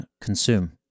consume